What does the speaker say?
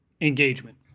engagement